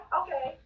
okay